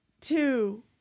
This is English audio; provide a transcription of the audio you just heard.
two